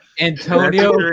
Antonio